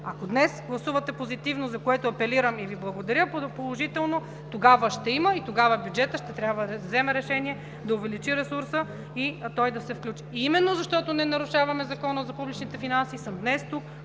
Ако днес гласувате позитивно, за което апелирам и Ви благодаря, положително тогава ще има и тогава бюджетът ще трябва да вземе решение да увеличи ресурса и той да се включи. Именно защото не нарушаваме Закона за публичните финанси съм днес тук